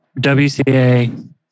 WCA